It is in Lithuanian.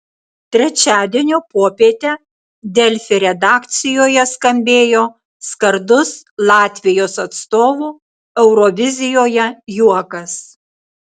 trečiadienio popietę delfi redakcijoje skambėjo skardus latvijos atstovų eurovizijoje juokas